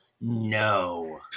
no